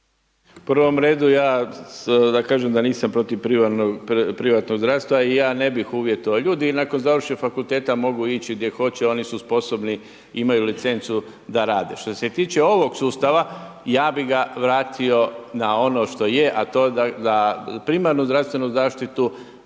U prvom redu ja da kažem da nisam protiv privatnog zdravstva i ja ne bih uvjetovao. Ljudi i nakon završenog fakulteta mogu ići gdje hoće, oni su sposobni, imaju licencu da rade. Što se tiče ovog sustava, ja bih ga vratio na ono što je, a to da primarnu zdravstvenu zaštitu